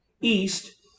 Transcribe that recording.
east